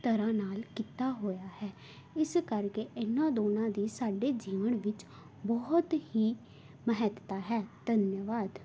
ਤਰ੍ਹਾਂ ਨਾਲ ਕੀਤਾ ਹੋਇਆ ਹੈ ਇਸ ਕਰਕੇ ਇਹਨਾਂ ਦੋਨਾਂ ਦੀ ਸਾਡੇ ਜੀਵਨ ਵਿੱਚ ਬਹੁਤ ਹੀ ਮਹੱਤਤਾ ਹੈ ਧੰਨਵਾਦ